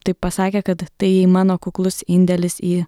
taip pasakė kad tai mano kuklus indėlis į